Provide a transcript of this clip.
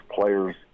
players